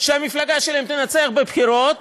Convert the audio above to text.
שהמפלגה שלהם תנצח בבחירות